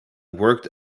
worked